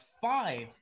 five